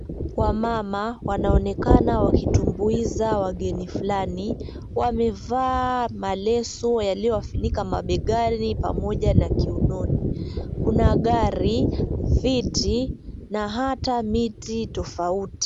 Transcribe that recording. Wamama wanaonekana wakitumbuiza wageni flani wamevaa maleso yaliyowafunika mabegani pamoja na kiunoni. Kuna gari, viti na hata miti tofauti.